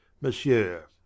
monsieur